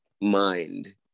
mind